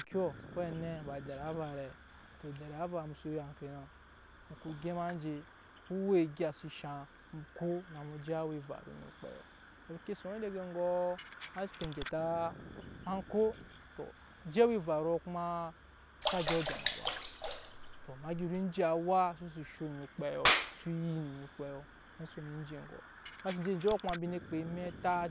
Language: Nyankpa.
Ekyɔ á we á nɛ adɛri ava rɛ tɔ dɛri ava mu so ya ŋke nɔ mu ko gema enje o we egya se shaŋ mu ko no je awa evaru onyi okpɛiɔ embi seke son daga egɔ ma seke gyeta ma ko tɔ je awa evaru kuma xsa dyɔ ja kuma ba tɔ zhuru je awa so si sho onyi okpɛiɔ so yik no okpɛiɔ ma son eje egɔ ma sen je ejɔ kuma embi nee kpa emɛ etat